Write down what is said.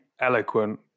eloquent